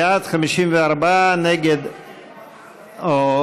להעביר את הצעת חוק דמי מחלה (היעדרות בשל מחלת בן זוג) (תיקון,